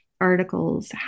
articles